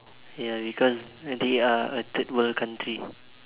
ya because they are a third world country